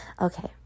okay